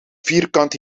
vierkant